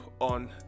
on